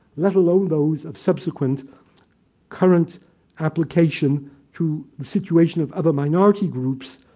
let alone those of subsequent current application to the situation of other minority groups,